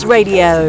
Radio